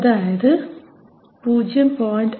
അതായത് 0